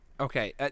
Okay